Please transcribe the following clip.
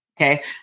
okay